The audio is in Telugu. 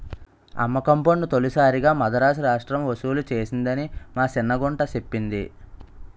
అమ్మకం పన్ను తొలిసారిగా మదరాసు రాష్ట్రం ఒసూలు సేసిందని మా సిన్న గుంట సెప్పింది